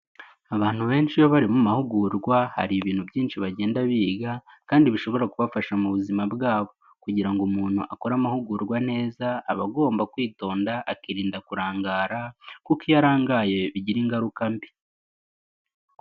Abantu benshi iyo bari mu mahugurwa hari ibintu byinshi bagenda biga kandi bishobora kubafasha mu buzima bwabo kugira ngo umuntu akore amahugurwa neza aba agomba kwitonda akirinda kurangara kuko iyo arangaye bigira ingaruka mbi.